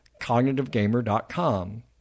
cognitivegamer.com